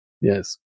Yes